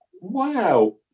wow